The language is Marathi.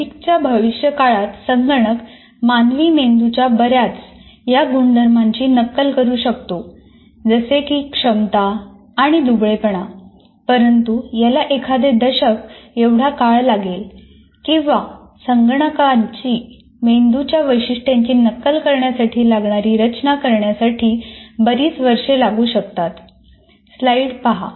नजीकच्या भविष्यकाळात संगणक मानवी मेंदूच्या बऱ्याच या गुणधर्मांची नक्कल करू शकतो जसे की क्षमता आणि दुबळेपणा परंतु याला एखादे दशक एवढा काळ लागेल किंवा संगणकाची मेंदूच्या वैशिष्ट्यांची नक्कल करण्यासाठी लागणारी रचना करण्यासाठी बरीच वर्षे लागू शकतात